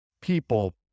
people